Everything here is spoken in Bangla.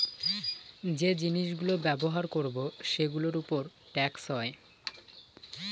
যে জিনিস গুলো ব্যবহার করবো সেগুলোর উপর ট্যাক্স হয়